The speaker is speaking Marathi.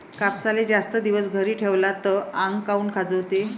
कापसाले जास्त दिवस घरी ठेवला त आंग काऊन खाजवते?